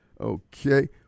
Okay